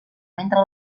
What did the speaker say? mentre